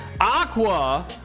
Aqua